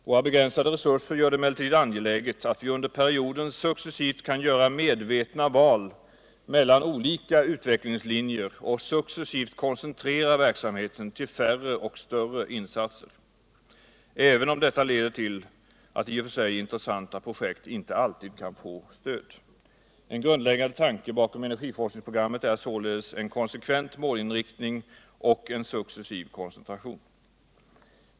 Våra begränsade resurser gör det emellertid angeläget att vi under perioden successivt kan göra medvetna val mellan olika utvecklingslinjer och successivt koncentrera verksamheten till färre och större insatser, även om detta leder till att i och för sig intressanta projekt inte alltid kan få stöd. En grundläggande tanke bakom energiforskningsprogrammet är således en konsekvent målinriktning och en successiv koncentration.